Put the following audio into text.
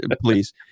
please